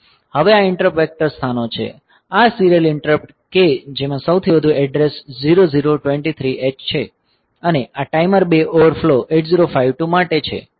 હવે આ interrupt vector સ્થાનો છે આ સીરીયલ ઈંટરપ્ટ કે જેમાં સૌથી વધુ એડ્રેસ 0023h છે અને આ ટાઈમર 2 ઓવરફ્લો 8052 માટે છે